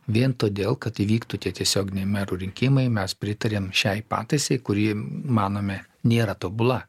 vien todėl kad įvyktų tie tiesioginiai merų rinkimai mes pritariam šiai pataisai kuri manome nėra tobula